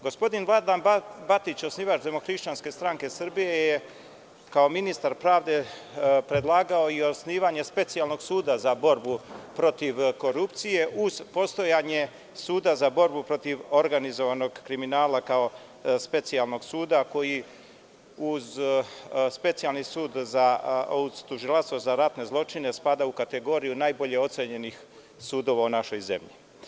Gospodin Vladan Batić, osnivač DHSS je kao ministar pravde predlagao i osnivanje specijalnog suda za borbu protiv korupcije uz postojanje Suda za borbu protiv organizovanog kriminala kao specijalnog suda koji uz Specijalni sud za tužilaštvo za ratne zločine spada u kategoriju najbolje ocenjenih sudova u našoj zemlji.